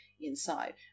inside